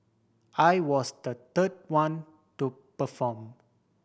I was the third one to perform